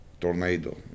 tornado